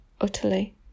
utterly